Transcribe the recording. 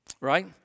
right